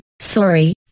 sorry